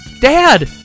Dad